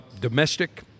domestic